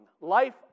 life